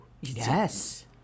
Yes